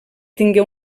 tingué